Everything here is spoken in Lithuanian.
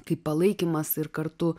kaip palaikymas ir kartu